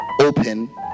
open